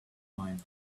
mine